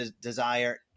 desire